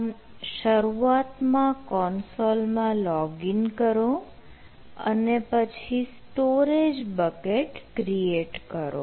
આમ શરૂઆતમાં કોન્સોલ માં લૉગ ઇન કરો અને પછી સ્ટોરેજ બકેટ ક્રિએટ કરો